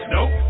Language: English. Nope